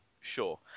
sure